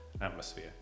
atmosphere